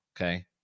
okay